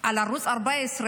על ערוץ 14,